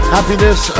Happiness